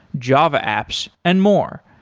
java apps and more.